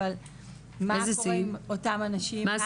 אבל מה קורה עם אותן נשים,